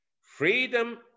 Freedom